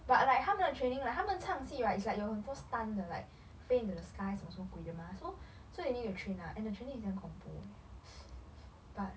but like 他们的 training like 他们唱戏 right it's like 有很多 stunt 的 like 飞 into the skies like 什么鬼 mah so so they need to train and their is damn 恐怖 eh but